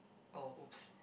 oh oops